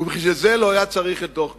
ובשביל זה לא היה צריך את דוח גולדסטון.